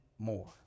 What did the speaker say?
more